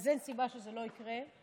אז אין סיבה שזה לא יקרה.